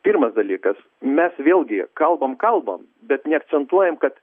pirmas dalykas mes vėlgi kalbam kalbam bet neakcentuojam kad